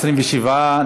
27,